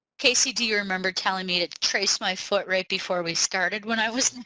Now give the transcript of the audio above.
casey do you remember telling me to trace my foot right before we started when i was